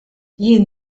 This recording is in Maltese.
jien